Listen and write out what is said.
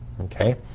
okay